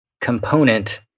component